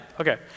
Okay